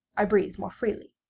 i breathed more freely.